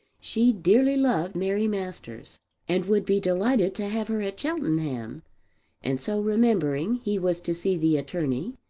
she dearly loved mary masters and would be delighted to have her at cheltenham and, so remembering, he was to see the attorney,